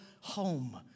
home